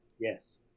Yes